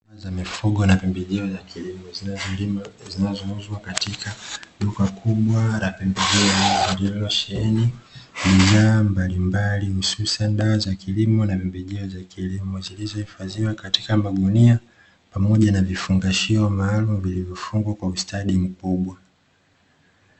Dawa za mifugo na pembejeo za kilimo zinazouzwa katika duka kubwa la pembejo lililosheheni bidhaa mbalimbali hususani dawa za kilimo na pembejeo za kilimo zilizohifadhiwa katika magunia pamoja na vifungashio maalumu vilivyofungwa kwa ustadi mkubwa.